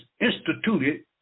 instituted